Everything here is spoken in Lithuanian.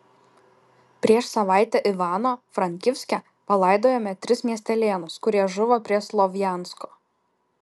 prieš savaitę ivano frankivske palaidojome tris miestelėnus kurie žuvo prie slovjansko